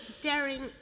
daring